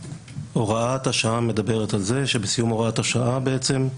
הוראת השעה מדברת על זה שבסיום הוראת השעה בעצם,